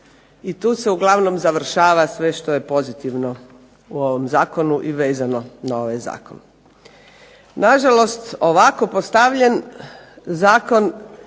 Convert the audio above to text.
i tu se uglavnom završava sve što je pozitivno u ovom zakonu i vezano na ovaj zakon. Nažalost, ovako postavljen zakon